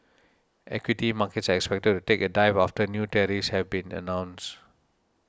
equity markets are expected to take a dive after new tariffs have been announced